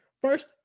First